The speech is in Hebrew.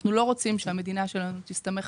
אנחנו לא רוצים שהמדינה שלנו תסתמך